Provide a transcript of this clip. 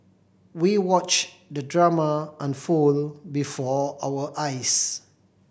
we watched the drama unfold before our eyes